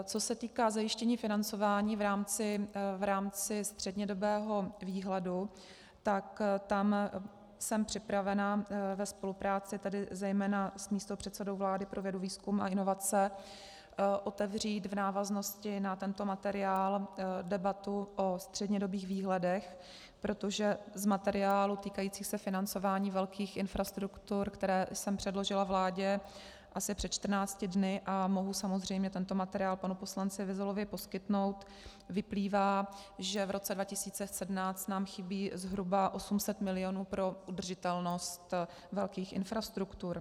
Co se týká zajištění financování v rámci střednědobého výhledu, tam jsem připravena ve spolupráci zejména s místopředsedou vlády pro vědu, výzkum a inovace otevřít v návaznosti na tento materiál debatu o střednědobých výhledech, protože z materiálů týkajících se velkých infrastruktur, které jsem předložila vládě asi před 14 dny, a mohu samozřejmě tento materiál panu poslanci Vyzulovi poskytnout, vyplývá, že v roce 2017 nám chybí zhruba 800 milionů pro udržitelnost velkých infrastruktur.